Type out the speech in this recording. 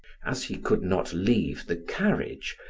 as he could not leave the carriage,